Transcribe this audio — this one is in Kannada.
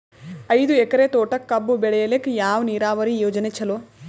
ಐದು ಎಕರೆ ತೋಟಕ ಕಬ್ಬು ಬೆಳೆಯಲಿಕ ಯಾವ ನೀರಾವರಿ ಯೋಜನೆ ಚಲೋ?